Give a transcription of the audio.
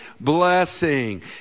blessing